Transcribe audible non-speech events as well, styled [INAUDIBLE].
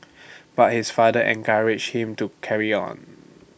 [NOISE] but his father encouraged him to carry on [HESITATION]